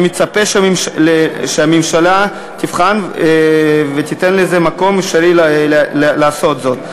אני מצפה שהממשלה תבחן ותיתן מקום אפשרי לעשות זאת,